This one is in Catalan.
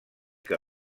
que